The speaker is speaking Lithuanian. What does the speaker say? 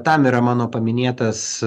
tam yra mano paminėtas